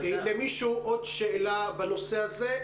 האם למישהו יש עוד שאלה בנושא הזה?